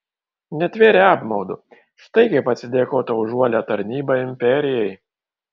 netvėrė apmaudu štai kaip atsidėkota už uolią tarnybą imperijai